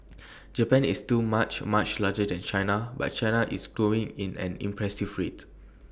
Japan is too much much larger than China but China is growing at an impressive rate